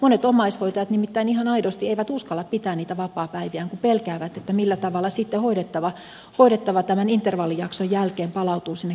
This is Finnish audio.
monet omaishoitajat nimittäin ihan aidosti eivät uskalla pitää niitä vapaapäiviään kun pelkäävät millä tavalla sitten hoidettava tämän intervallijakson jälkeen palautuu sinne kotiin hoidettavaksi